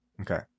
okay